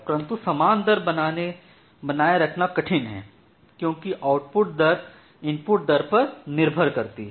परन्तु सामान दर बनाये रखना कठिन है क्यूंकि आउटपुट दर इनपुट दर पर भी निर्भर करती है